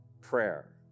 prayer